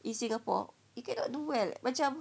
in singapore you cannot do well macam